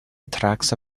attracts